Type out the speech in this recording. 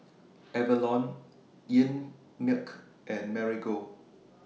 Avalon Einmilk and Marigold